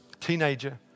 teenager